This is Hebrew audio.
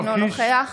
אינו נוכח